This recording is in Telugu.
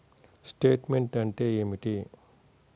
స్టేట్మెంట్ అంటే ఏమిటి?